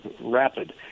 rapid